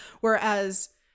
whereas